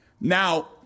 Now